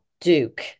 Duke